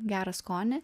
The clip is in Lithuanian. gerą skonį